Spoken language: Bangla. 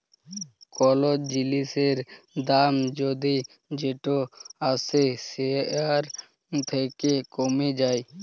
কল জিলিসের দাম যদি যেট আসে উয়ার থ্যাকে কমে যায়